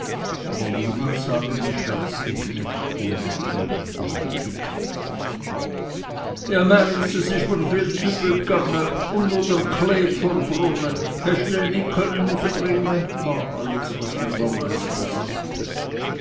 aber niemand sah den geschwärzten knecht ohne schuhe und ohne kittel ja meiß es isch mr viel z'übel gange u no der chleb verbrunne hescht dä de nit chönne n use bringe war alles was mir der meister sagte